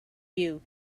you